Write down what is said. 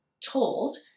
told